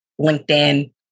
LinkedIn